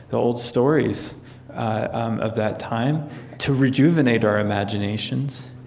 the old stories of that time to rejuvenate our imaginations,